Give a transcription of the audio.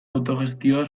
autogestioa